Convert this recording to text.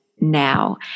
now